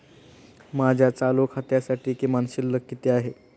माझ्या चालू खात्यासाठी किमान शिल्लक किती आहे?